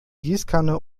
gießkanne